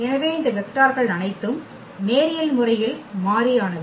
எனவே இந்த வெக்டார்கள் அனைத்தும் நேரியல் முறையில் மாறி ஆனவை